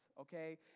okay